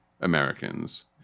Americans